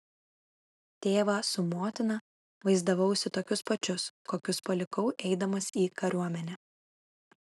tėvą su motina vaizdavausi tokius pačius kokius palikau eidamas į kariuomenę